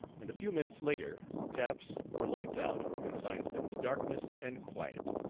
and a few minutes later taps or lights out consigns them to darkness and quiet.